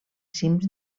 cims